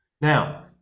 Now